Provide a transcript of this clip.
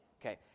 Okay